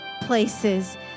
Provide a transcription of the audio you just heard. places